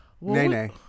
nene